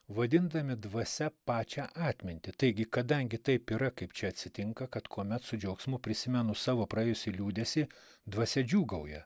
vadindami dvasia pačią atmintį taigi kadangi taip yra kaip čia atsitinka kad kuomet su džiaugsmu prisimenu savo praėjusį liūdesį dvasia džiūgauja